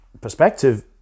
perspective